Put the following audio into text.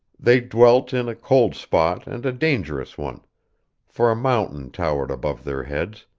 they dwelt in a cold spot and a dangerous one for a mountain towered above their heads,